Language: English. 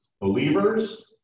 Believers